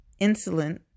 insulin